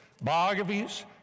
biographies